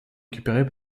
récupérés